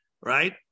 right